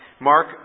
Mark